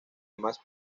más